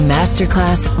Masterclass